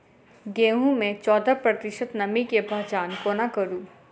गेंहूँ मे चौदह प्रतिशत नमी केँ पहचान कोना करू?